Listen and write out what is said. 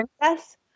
princess